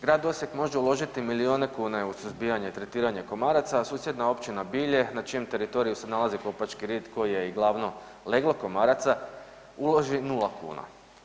Grad Osijek može uložiti milijune kuna u suzbijanje i tretiranje komaraca, a susjedna općina Bilje, na čijem teritoriju se nalazi Kopački Rit koji je i glavno leglo komaraca, uloži 0 kuna.